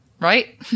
right